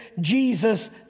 Jesus